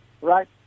right